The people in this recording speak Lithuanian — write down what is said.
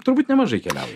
turbūt nemažai keliauji